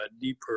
deeper